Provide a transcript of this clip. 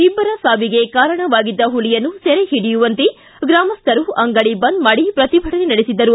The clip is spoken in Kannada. ಇಬ್ದರ ಸಾವಿಗೆ ಕಾರಣವಾಗಿದ್ದ ಹುಲಿಯನ್ನು ಸೆರೆ ಹಿಡಿಯುವಂತೆ ಗ್ರಾಮಸ್ಥರು ಅಂಗಡಿ ಬಂದ್ ಮಾಡಿ ಪ್ರತಿಭಟನೆ ನಡೆಸಿದ್ದರು